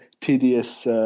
tedious